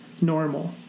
normal